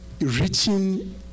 reaching